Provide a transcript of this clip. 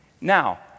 Now